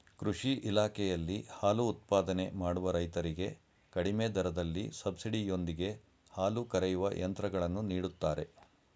ಕೃಷಿ ಇಲಾಖೆಯಲ್ಲಿ ಹಾಲು ಉತ್ಪಾದನೆ ಮಾಡುವ ರೈತರಿಗೆ ಕಡಿಮೆ ದರದಲ್ಲಿ ಸಬ್ಸಿಡಿ ಯೊಂದಿಗೆ ಹಾಲು ಕರೆಯುವ ಯಂತ್ರಗಳನ್ನು ನೀಡುತ್ತಾರೆ